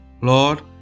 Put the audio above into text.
Lord